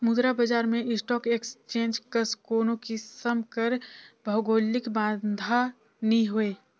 मुद्रा बजार में स्टाक एक्सचेंज कस कोनो किसिम कर भौगौलिक बांधा नी होए